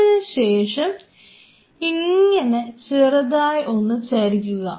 അതിനുശേഷം ഇങ്ങനെ ചെറുതായിട്ട് ഒന്ന് ചരിക്കുക